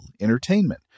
entertainment